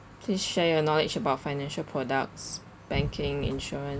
please share your knowledge about financial products banking insurance